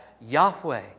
Yahweh